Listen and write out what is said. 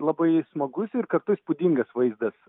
labai smagus ir kartu įspūdingas vaizdas